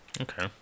Okay